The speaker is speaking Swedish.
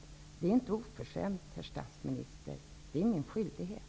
Det är inte oförskämt, herr statsminister; det är min skyldighet.